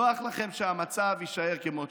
נוח לכם שהמצב יישאר כמו שהוא.